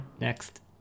next